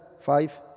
five